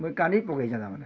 ମୁଇଁ କାନ୍ଦି ପକେଇଛେଁ ତାମାନେ